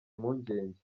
impungenge